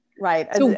Right